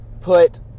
put